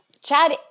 Chad